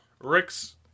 Rick's